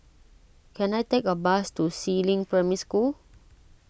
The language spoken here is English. can I take a bus to Si Ling Primary School